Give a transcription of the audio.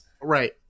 Right